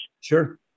Sure